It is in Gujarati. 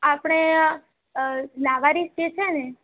આપણે લાવારીસ જે છે ને